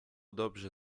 dobrze